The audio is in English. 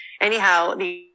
Anyhow